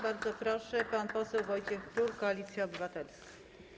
Bardzo proszę, pan poseł Wojciech Król, Koalicja Obywatelska.